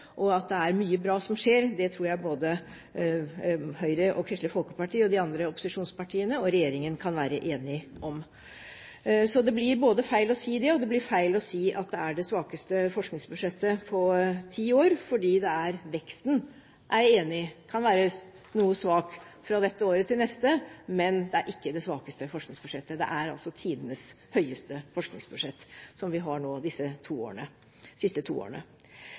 nytte. At det er mye bra som skjer, tror jeg både Høyre, Kristelig Folkeparti og de andre opposisjonspartiene og regjeringen kan være enige om. Så det blir feil å si det, og det blir feil å si at det er det svakeste forskningsbudsjettet på ti år. Jeg er enig i at veksten kan være noe svak fra dette året til det neste, men det er ikke det svakeste forskningsbudsjettet. Det er altså tidenes høyeste forskningsbudsjett, som vi har hatt de siste to årene.